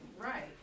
right